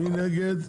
מי נגד?